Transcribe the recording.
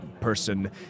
person